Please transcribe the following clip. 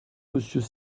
monsieur